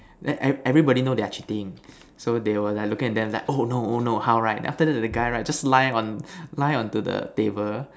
then every everybody know they're cheating so they were like looking at them like oh no oh no how right then after that the guy right just lie on lie on to the table